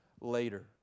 later